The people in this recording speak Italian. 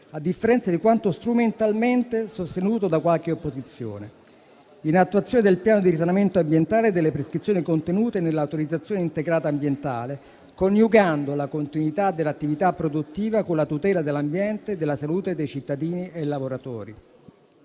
(a differenza di quanto strumentalmente sostenuto da qualche opposizione), in attuazione del piano di risanamento ambientale e delle prescrizioni contenute nell'autorizzazione integrata ambientale, coniugando la continuità dell'attività produttiva con la tutela dell'ambiente e della salute dei cittadini e lavoratori.